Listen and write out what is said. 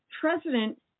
president